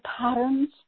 patterns